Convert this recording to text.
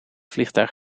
vliegtuig